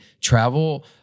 travel